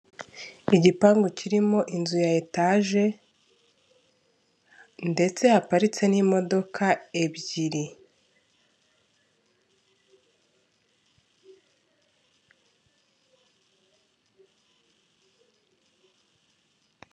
Igipangu kirimo inzu ya etaje, ndetse haparitse n'imodoka ebyiri.